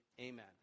amen